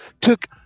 took